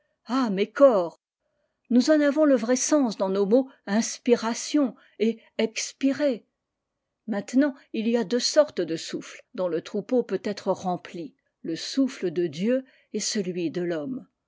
âme et corps nous en avons le vrai sens dans nos mots inspiration et expirer o maintenant ily a deux sortes de souffles dont le troupeau peut être rempli le soufre de dieu et celui de l'homme